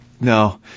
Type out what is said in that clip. no